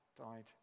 died